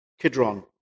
Kidron